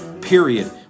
period